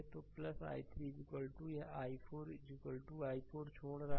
तो i3 यह i4 i4 छोड़ रहा है